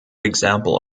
example